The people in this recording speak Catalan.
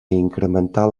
incrementar